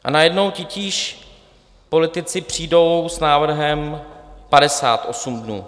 A najednou titíž politici přijdou s návrhem 58 dnů.